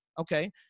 Okay